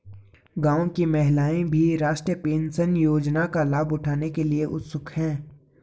गांव की महिलाएं भी राष्ट्रीय पेंशन योजना का लाभ उठाने के लिए उत्सुक हैं